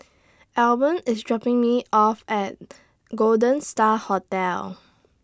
Eben IS dropping Me off At Golden STAR Hotel